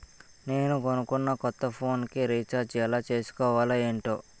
నేను కొనుకున్న కొత్త ఫోన్ కి రిచార్జ్ ఎలా చేసుకోవాలో ఏంటో